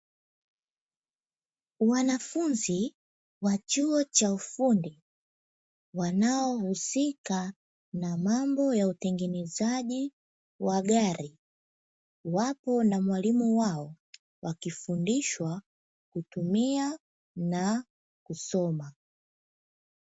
Wanafunzi wa chuo cha ufundi wanaohusika na mambo ya utengenezaji wa gari, wapo na mwalimu wao, wakifundishwa kutumia na kusoma.